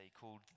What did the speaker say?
called